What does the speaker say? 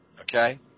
okay